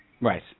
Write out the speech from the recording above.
Right